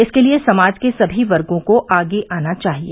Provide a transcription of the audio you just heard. इसके लिए समाज के सभी वर्गो के लोगों को आगे आना चाहिए